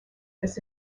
this